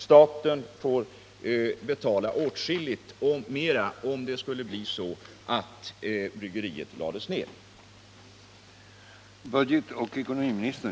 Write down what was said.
Staten får betala åtskilligt mer om bryggeriet skulle läggas ner.